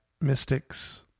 mystics